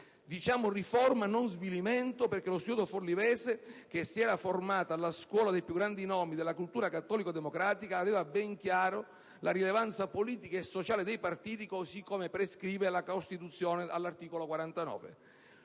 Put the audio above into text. diciamo riforma, non svilimento, perché lo studioso forlivese, che si era formato alla scuola dei più grandi nomi della cultura cattolico-democratica, aveva ben chiara la rilevanza politica e sociale dei partiti, così come prescrive la Costituzione all'articolo 49.